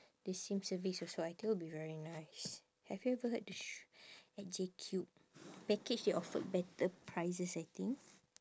the same service also I think will be very nice have you ever heard the sh~ at Jcube package they offered better prices I think